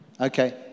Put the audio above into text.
Okay